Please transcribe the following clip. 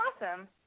awesome